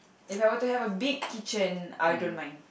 if I were to have a big kitchen I don't mind